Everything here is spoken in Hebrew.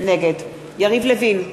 נגד יריב לוין,